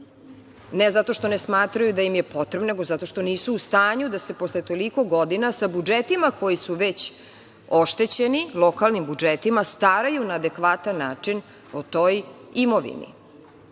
Ne zato što ne smatraju da im je potrebna, nego zato što nisu u stanju da se posle toliko godina, sa budžetima koji su već oštećeni, lokalnim budžetima, staraju na adekvatan način o toj imovini. To